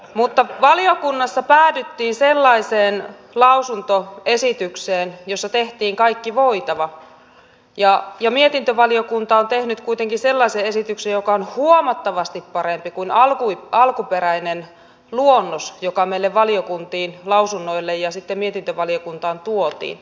mutta valiokunnassa päädyttiin sellaiseen lausuntoesitykseen jossa tehtiin kaikki voitava ja mietintövaliokunta on tehnyt kuitenkin sellaisen esityksen joka on huomattavasti parempi kuin alkuperäinen luonnos joka meille valiokuntiin lausunnoille ja sitten mietintövaliokuntaan tuotiin